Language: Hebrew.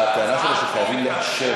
הטענה שלו שחייבים לאשר,